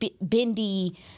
bendy